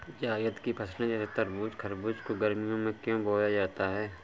जायद की फसले जैसे तरबूज़ खरबूज को गर्मियों में क्यो बोया जाता है?